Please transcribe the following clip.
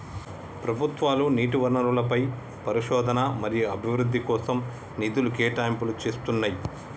ప్రభుత్వాలు నీటి వనరులపై పరిశోధన మరియు అభివృద్ధి కోసం నిధుల కేటాయింపులు చేస్తున్నయ్యి